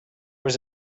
was